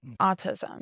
autism